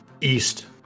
east